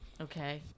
Okay